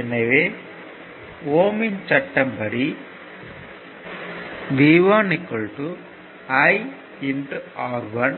எனவே ஓம் யின் சட்டம் ohm's law படி V1 I R1